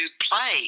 play